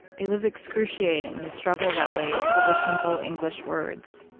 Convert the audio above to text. it was excruciating to struggle that way over simple english words.